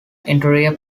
interior